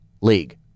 league